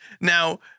Now